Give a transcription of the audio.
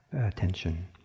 attention